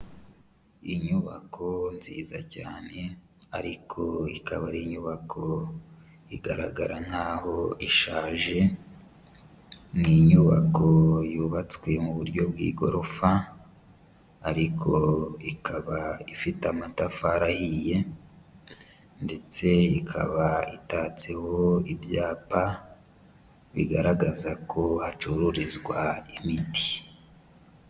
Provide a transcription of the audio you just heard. Inyubako nziza cyane ariko ikaba ari inyubako igaragara nkaho ishaje, ni inyubako yubatswe mu buryo bw'igorofa ariko ikaba ifite amatafari ahiye ndetse ikaba itatseho ibyapa bigaragaza ko hacururizwa imiti.